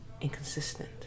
inconsistent